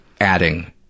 adding